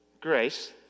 Grace